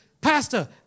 Pastor